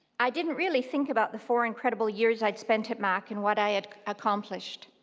i didn't really think about the four incredible years i spent at mac and what i had accomplished,